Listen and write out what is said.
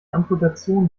amputation